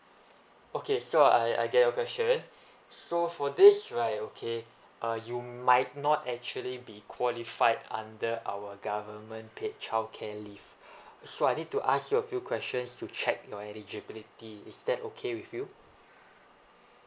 okay so I I get your question so for this right okay uh you might not actually be qualified under our government paid childcare leave so I need to ask you a few questions to check your eligibility is that okay with you